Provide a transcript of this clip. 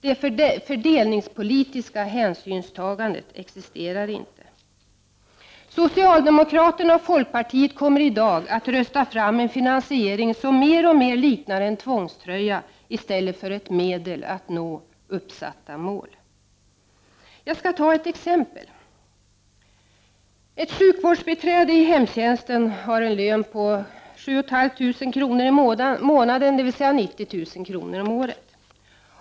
Det fördelningspolitiska hänsyntagandet existerar inte! Socialdemokraterna och folkpartiet kommer i dag att rösta fram en finansiering som mer och mer liknar en tvångströja i stället för ett medel att nå uppsatta mål! Jag skall ta ett exempel: Ett sjukvårdsbiträde i hemtjänsten har en lön på 7500 kr. i månaden, dvs. 90000 kr. om året.